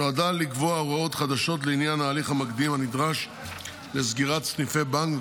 נועדה לקבוע הוראות חדשות לעניין ההליך המקדים הנדרש לסגירת סניפי בנק,